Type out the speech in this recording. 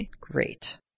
Great